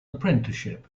apprenticeship